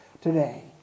today